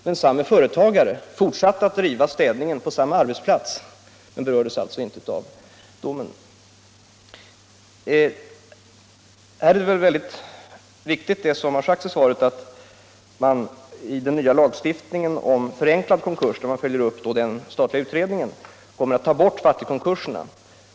Men samme företagare fortsatte att driva städningen på samma arbetsplats men nu med annat bolag! Det är viktigt, såsom också sagts i svaret, att man, då man följer upp den statliga utredningen om en ny lagstiftning om förenklad konkurs, tar bort fattigkonkurserna.